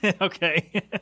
Okay